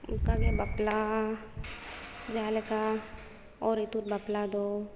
ᱚᱱᱠᱟᱜᱮ ᱵᱟᱯᱞᱟ ᱡᱟᱦᱟᱸᱞᱮᱠᱟ ᱚᱨᱻᱤᱛᱩᱫ ᱵᱟᱯᱞᱟ ᱫᱚ